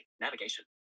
Navigation